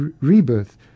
rebirth